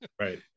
right